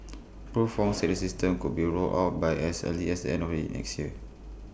Prof Wong said the system could be rolled out by as early as end next year